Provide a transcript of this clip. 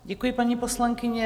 Děkuji, paní poslankyně.